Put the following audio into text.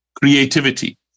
creativity